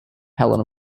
helen